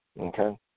okay